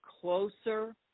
closer